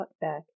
back